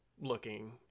looking